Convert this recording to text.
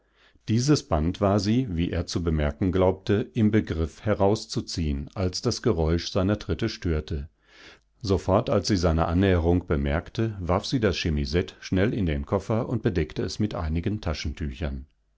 dieses band war sie wie er zu bemerken glaubte im begriff herauszuziehen als das geräusch seiner tritte störte sofort als sie seine annäherung bemerkte warf sie das chemisett schnell in den koffer und bedeckte es mit einigen